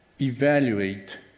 evaluate